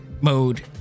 mode